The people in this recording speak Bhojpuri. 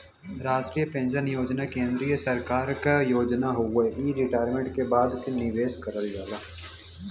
राष्ट्रीय पेंशन योजना केंद्रीय सरकार क योजना हउवे इ रिटायरमेंट के बाद क लिए निवेश करल जाला